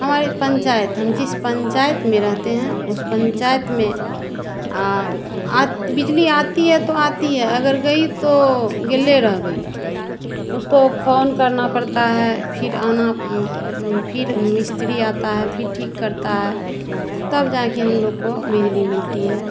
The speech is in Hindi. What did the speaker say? हमारी पंचायत हम जिस पंचायत में रहते हैं उस पंचायत में आत बिजली आती है तो आती है अगर गई तो गईले रह गई उसको फोन करना पड़ता है फिर आना फिर मिस्त्री आता है फिर ठीक करता है तब जा कर हम लोग को बिजली मिलती है